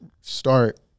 start